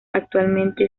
actualmente